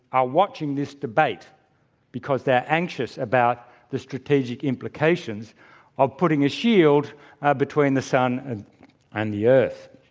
are watching this debate because they're anxious about the strategic implications of putting a shield between the sun and and the earth.